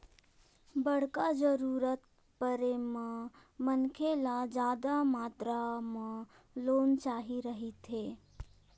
बड़का जरूरत परे म मनखे ल जादा मातरा म लोन चाही रहिथे